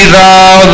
Thou